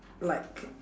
like